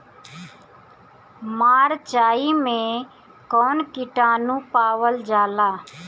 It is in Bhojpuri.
मारचाई मे कौन किटानु पावल जाला?